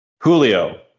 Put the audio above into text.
Julio